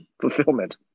Fulfillment